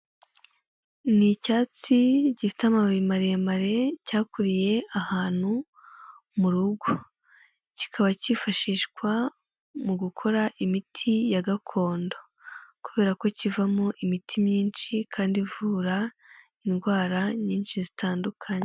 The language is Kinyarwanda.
Ni icyatsi gifite amababi maremare cyakuriye ahantu mu rugo kikaba cyifashishwa mu gukora imiti ya gakondo kubera ko kivamo imiti myinshi kandi ivura indwara nyinshi zitandukanye.